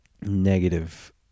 negative